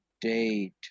date